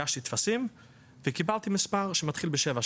הגשתי טפסים וקיבלתי מספר שמתחיל ב-77,